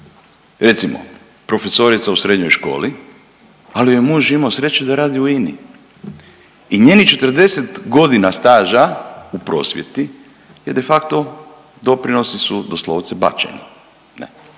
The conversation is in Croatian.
Recimo, profesorica u srednjoj školi, ali joj je muž imao sreće da radi u INA-i i njenih 40 godina staža u prosvjeti je de facto doprinosi su doslovce bačeni.